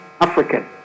African